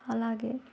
అలాగే